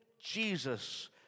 Jesus